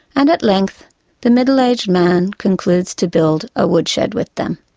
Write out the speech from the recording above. and at length the middle-aged man concludes to build a wood-shed with them.